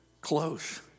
close